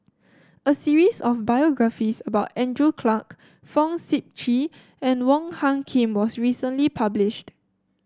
a series of biographies about Andrew Clarke Fong Sip Chee and Wong Hung Khim was recently published